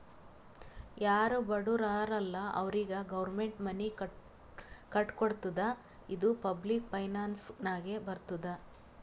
ಯಾರು ಬಡುರ್ ಹರಾ ಅಲ್ಲ ಅವ್ರಿಗ ಗೌರ್ಮೆಂಟ್ ಮನಿ ಕಟ್ಕೊಡ್ತುದ್ ಇದು ಪಬ್ಲಿಕ್ ಫೈನಾನ್ಸ್ ನಾಗೆ ಬರ್ತುದ್